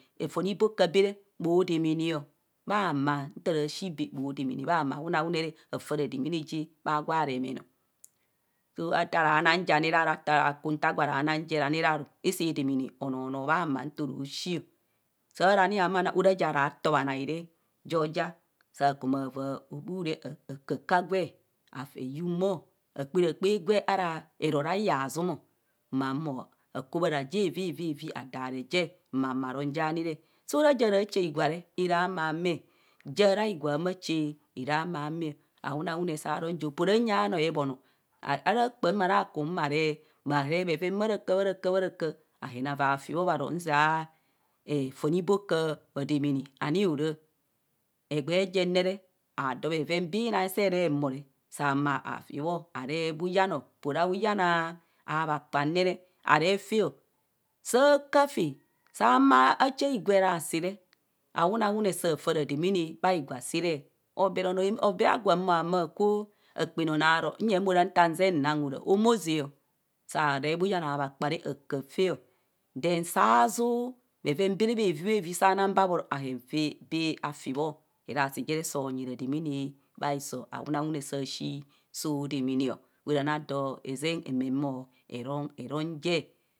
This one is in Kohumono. Fon iboka bee re bho damaano maa maa nta ra shii bee bhe damdana maa maa awuno wuna re afaa radaamana je o bha ja remen ọ sii nta raa na je ani re aru asaa damaana onoo noo nto ro shii o saa ara ni hama nang ora ja ra too bhanai re jo ja sakuma vaa obu re ạkạạkạạ gwe afi eyum mo akparakpa gwe ara erore ihazum ma him akobbara je avavavi adaree je ma humo aroong ja ni re so ra ja ra cha higwa re ara amame ja ra higwa hama ara amame awun awune saa roong je opoo ra nya anoo ebhon o ara kpam ara kum bha ree bha ree bheven bha raka bha raka bha raka bhahen bhava fj bho bharo nzia er fon iboka bha damaana ani hora egbee jen ne re adoo bhven binai esee re humo re sa humo afi bho aree bhuyan o opoo ra bhuyan abhakpam ne re ara faa saa kaa faa ahuma cha higwa erasi re awuna wune bhaigwa sii re bhg noo obee agwo ahumo hamaa kwo akpano onoo aro nyem ora nta zee nang ora homo zaa ọ saa ree bhuyan abha kpa re akaa faa then saa zuu bheven bee ree bhevivi saa nang bee abhoro ahen bee afi bho erasi jere sonyi radamaana biso awuna wune sha shii oreni adoo ezeng mee roong je.